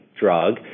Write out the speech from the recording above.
drug